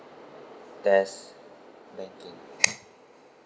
test banking